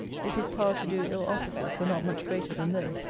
if his power to do ill offices were not much greater than they.